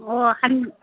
ꯑꯣ